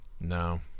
No